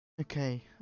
Okay